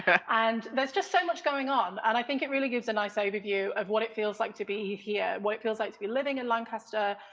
and there's just so much going on. i think it really gives a nice overview of what it feels like to be here, what it feels like to be living in lancaster,